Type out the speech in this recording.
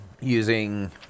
using